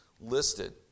listed